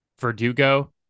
Verdugo